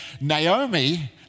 Naomi